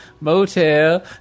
Motel